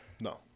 no